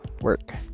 work